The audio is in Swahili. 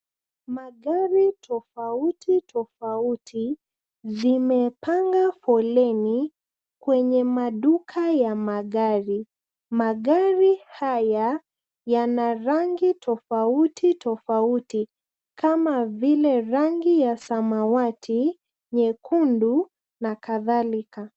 Magari tofauti tofauti, zimepanga foleni, kwenye maduka ya magari. Magari haya yana rangi tofauti tofauti kama vile rangi ya samawati, nyekundu na kadhalika.